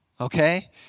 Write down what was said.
okay